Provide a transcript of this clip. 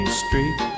street